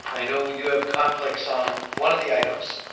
i know we do have conflicts on one of the items.